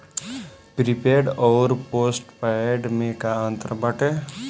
Prepaid अउर postpaid में का अंतर बाटे?